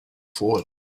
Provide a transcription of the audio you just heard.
forward